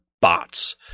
bots